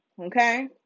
okay